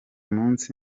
munsi